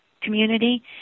community